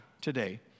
today